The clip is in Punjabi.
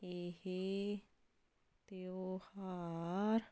ਇਹ ਤਿਉਹਾਰ